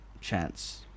chance